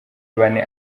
bane